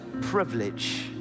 privilege